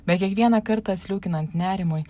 bet kiekvieną kartą sliūkinant nerimui